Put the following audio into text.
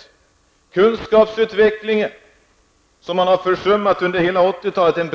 Den breda kunskapsutvecklingen har försummats under hela 80-talet.